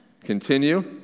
continue